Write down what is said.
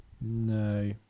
No